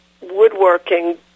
woodworking